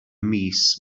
mis